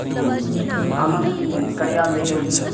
ꯎꯝ ꯑꯉꯥꯡꯁꯤꯡ ꯀꯌꯥ ꯂꯩꯌꯦ ꯍꯧꯖꯤꯛ